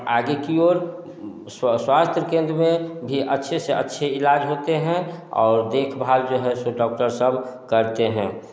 आगे की ओर स्वास्थ्य केंद्र में भी अच्छे से अच्छे इलाज़ होते हैं और देखभाल जो है सो डॉक्टर सब करते हैं